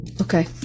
Okay